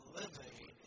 living